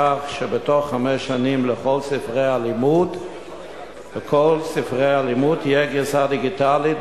כך שבתוך חמש שנים לכל ספרי הלימוד תהיה גרסה דיגיטלית